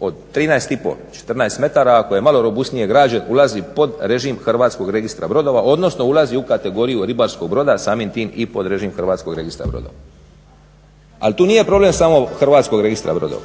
od 13,5 ili 14 metara ako je malo robusnije građen ulazi pod režim Hrvatskog registra brodova, odnosno ulazi u kategoriju ribarskog broda a samim tim i pod režim Hrvatskog registra brodova. Ali tu nije problem samo Hrvatskog registra brodova,